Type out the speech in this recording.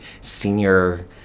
senior